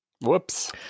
Whoops